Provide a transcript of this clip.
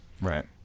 Right